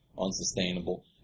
unsustainable